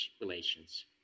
relations